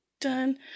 Done